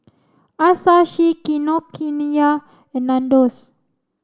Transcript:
Asahi Kinokuniya and Nandos